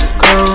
go